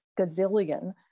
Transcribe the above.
gazillion